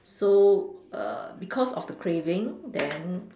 so err because of the craving then